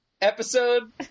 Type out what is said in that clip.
episode